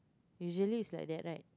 usually is like that right